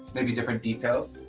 maybe different details. i